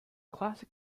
classic